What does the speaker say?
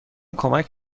کمک